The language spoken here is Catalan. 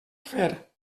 fer